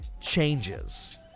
changes